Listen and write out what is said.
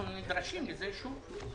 אנחנו נדרשים לזה שוב.